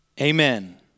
Amen